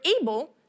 able